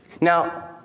Now